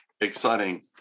exciting